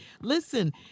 Listen